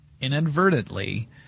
inadvertently